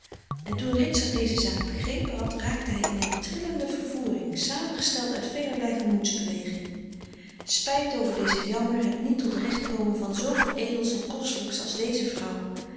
en toen ritsert deze zaak begrepen had raakte hij in een trillende vervoering samengesteld uit velerlei gemoeds beweging spijt over dezen jammer het niet tot recht komen van zooveel edels en kostelijks als deze vrouw